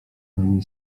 nami